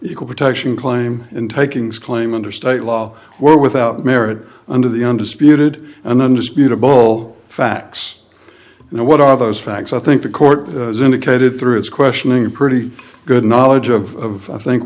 equal protection claim and takings claim under state law were without merit under the undisputed an undisputable facts and what are those facts i think the court has indicated through its questioning pretty good knowledge of i think